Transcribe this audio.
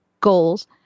goals